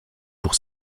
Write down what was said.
pour